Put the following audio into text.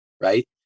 right